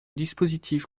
dispositif